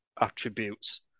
attributes